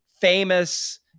famous